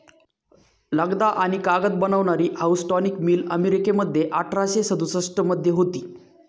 लगदा आणि कागद बनवणारी हाऊसटॉनिक मिल अमेरिकेमध्ये अठराशे सदुसष्ट मध्ये होती